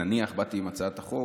נניח באתי עם הצעת החוק,